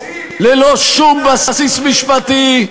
ללא שום בסיס משפטי,